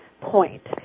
point